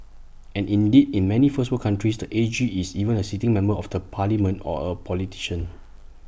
and indeed in many first world countries the A G is even A sitting member of the parliament or A politician